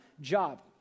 job